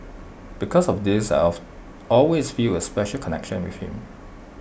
because of this of always feel A special connection with him